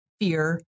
fear